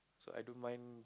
I don't mind